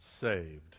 saved